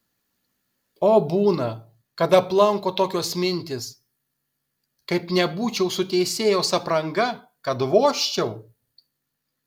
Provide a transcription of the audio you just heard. o būna kad aplanko tokios mintys kaip nebūčiau su teisėjos apranga kad vožčiau